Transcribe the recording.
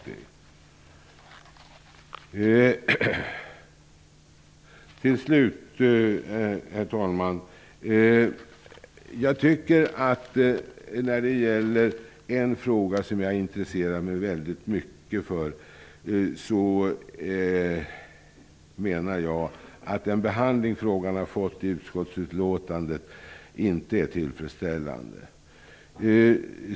Det är svårt att säga någonting annat. Herr talman! Det finns en fråga som jag intresserar mig mycket för. Jag menar att den behandling som frågan har fått i utskottsutlåtandet inte är tillfredsställande.